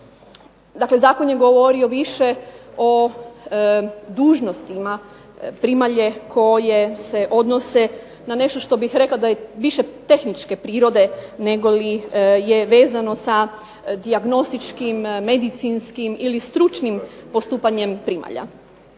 Dakle, zakon je govorio više o dužnostima primalje koje se odnose na nešto što bih rekla da je više tehničke prirode nego li je vezano sa dijagnostičkim, medicinskim ili stručnim postupanjem primalja.